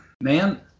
man